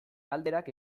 galderak